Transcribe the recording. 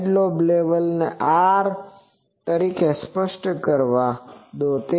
તો side lobe level ને R તરીકે સ્પષ્ટ કરવા દો